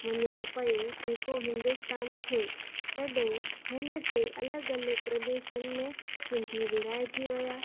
वञणो पियो जेको हिन्दुस्तान थियो तॾहिं हुनजे अलॻि अलॻि प्रदेशनि में सिंधी विरिहाइॼी विया